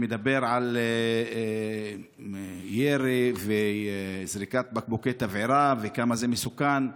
שמדבר על ירי וזריקת בקבוקי תבערה וכמה זה מסוכן.